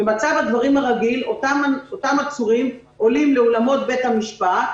במצב הדברים הרגיל אותם עצורים עולים לאולמות בית המשפט,